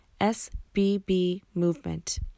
SBBMovement